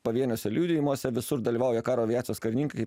pavieniuose liudijimuose visur dalyvauja karo aviacijos karininkai